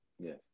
Yes